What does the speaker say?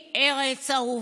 להיפגע,